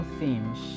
themes